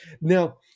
Now